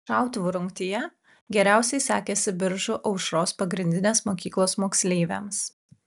šautuvo rungtyje geriausiai sekėsi biržų aušros pagrindinės mokyklos moksleiviams